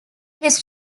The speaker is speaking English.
his